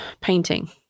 painting